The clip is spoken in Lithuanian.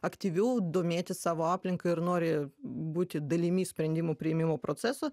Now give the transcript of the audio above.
aktyviau domėtis savo aplinka ir nori būti dalimi sprendimų priėmimo proceso